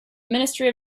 ministry